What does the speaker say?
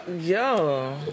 Yo